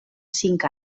cinc